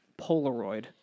Polaroid